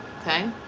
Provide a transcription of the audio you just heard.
okay